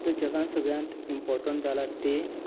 आता जगांत सगळ्यांत इर्पोटंट जाल्यात तें